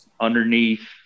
underneath